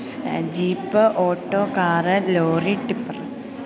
jeep auto car lorry tipper